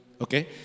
Okay